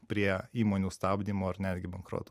prie įmonių stabdymo ar netgi bankroto